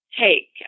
take